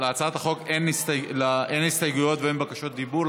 להצעת החוק אין הסתייגויות ואין בקשות דיבור,